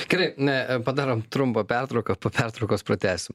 tikrai ne padarom trumpą pertrauką po pertraukos pratęsim